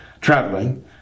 traveling